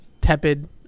Tepid